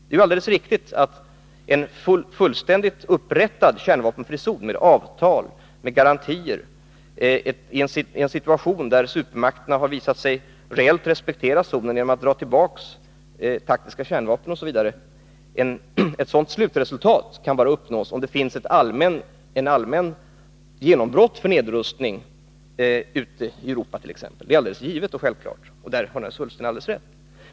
Det är alldeles riktigt att en fullständigt upprättad kärnvapenfri zon med avtal och garantier i en situation där supermakterna har visat sig reellt respektera zonen genom att dra tillbaka taktiska kärnvapen bara kan uppnås, om det blir ett allmänt genombrott för nedrustning, t.ex. ute i Europa. Det är självklart, och däri har naturligtvis Ola Ullsten alldeles rätt.